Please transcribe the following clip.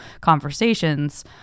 conversations